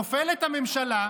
נופלת הממשלה,